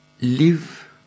live